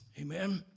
Amen